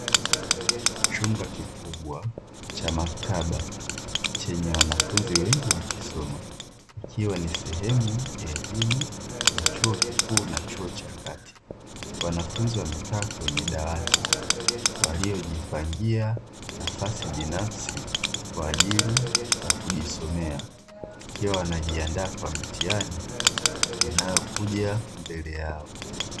Chumba kikubwa cha maktaba chenye wanafunzi wengi wakisoma ikiwa ni sehemu ya elimu ya chuo kikuu na chuo cha kati, wanafunzi wamekaa kwenye dawati waliojipangia nafasi binafsi kwa ajili ya kujisomea, wakiwa wanajiandaa kwa mitihani inayokuja mbele yao.